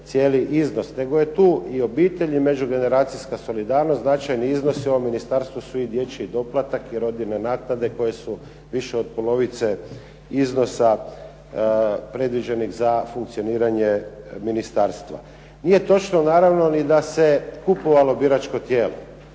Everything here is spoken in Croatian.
cijeli iznos, nego je tu i obitelj i međugeneracijska solidarnost, značajni iznosi su u ovome Ministarstvu i dječji doplatak i rodiljne naknade koji su više od polovice iznosa predviđenih za funkcioniranje Ministarstva. Nije točno naravno ni da se kupovalo biračko tijelo.